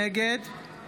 נגד